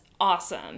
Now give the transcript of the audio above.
awesome